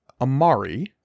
Amari